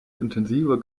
intensiver